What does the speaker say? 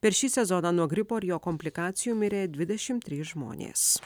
per šį sezoną nuo gripo ir jo komplikacijų mirė dvidešim trys žmonės